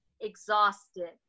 exhausted